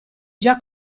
già